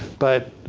but,